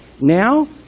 now